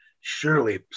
surely